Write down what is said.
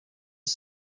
are